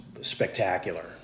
spectacular